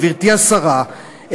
גברתי השרה,